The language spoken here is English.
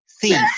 Thief